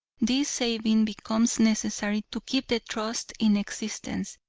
this saving becomes necessary to keep the trust in existence,